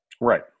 Right